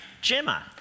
Gemma